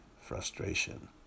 frustration